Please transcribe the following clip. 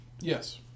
Yes